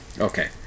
Okay